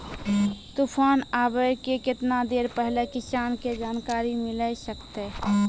तूफान आबय के केतना देर पहिले किसान के जानकारी मिले सकते?